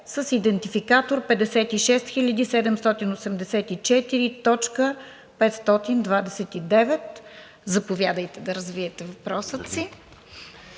с идентификатор 56784.529. Заповядайте да развиете въпроса си.